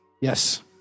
Yes